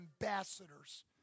ambassadors